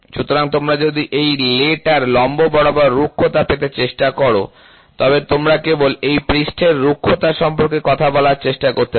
সুতরাং তোমরা যদি এই লে টার লম্ব বরাবর রুক্ষতা পেতে চেষ্টা করো তবে তোমরা কেবল এই পৃষ্ঠের রুক্ষতা সম্পর্কে কথা বলতে চেষ্টা করতে পার